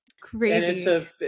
Crazy